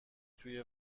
توی